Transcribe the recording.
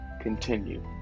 continue